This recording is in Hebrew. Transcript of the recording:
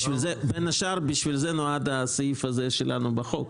בשביל זה, בין השאר, נועד הסעיף הזה שלנו בחוק.